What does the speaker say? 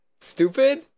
Stupid